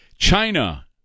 China